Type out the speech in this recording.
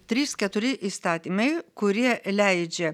trys keturi įstatymai kurie leidžia